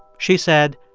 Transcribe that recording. she said,